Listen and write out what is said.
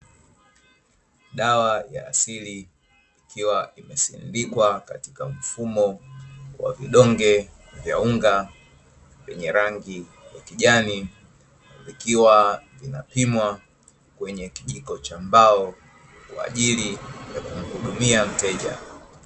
Dawa ya asili ikiwa imesindikwa katika mfumo wa vidonge vya unga, vyenye rangi ya kijani, vikiwa vinapimwa kwenye kijiko cha mbao, kwa ajili ya kumhudumia mteja.